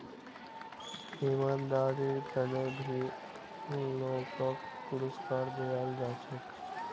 ईमानदारीर त न भी लोगक पुरुस्कार दयाल जा छेक